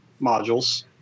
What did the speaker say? modules